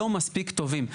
לא מספיק טובים.